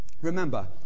Remember